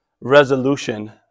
resolution